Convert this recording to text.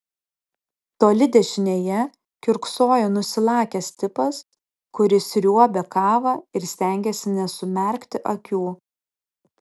toli dešinėje kiurksojo nusilakęs tipas kuris sriuobė kavą ir stengėsi nesumerkti akių